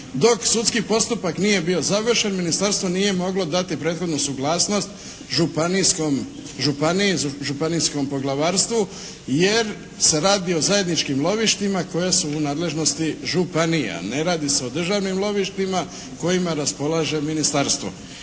dok sudski postupak nije bio završen ministarstvo nije moglo dati prethodnu suglasnost županijskom poglavarstvu jer se radi o zajedničkim lovištima koja su u nadležnosti županija a ne radi se o državnim lovištima kojima raspolaže ministarstvo.